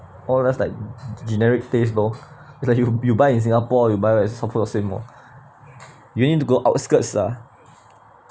all those like generic taste lor it's like you you buy in singapore you buy it's all food the same lor you need to go outskirts lah